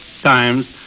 times